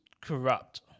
corrupt